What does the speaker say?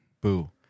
boo